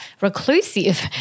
reclusive